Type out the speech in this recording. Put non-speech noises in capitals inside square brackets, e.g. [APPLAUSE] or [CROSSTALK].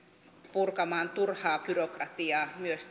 purkamaan turhaa byrokratiaa myös [UNINTELLIGIBLE]